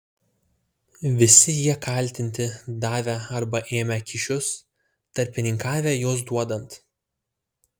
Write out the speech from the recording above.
visi jie kaltinti davę arba ėmę kyšius tarpininkavę juos duodant